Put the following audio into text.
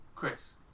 Chris